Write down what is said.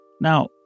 Now